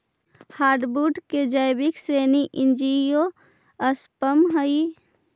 hardwood के जैविक श्रेणी एंजियोस्पर्म हइ